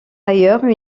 ailleurs